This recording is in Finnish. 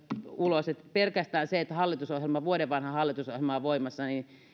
ulos pelkästään se että vuoden vanha hallitusohjelma on voimassa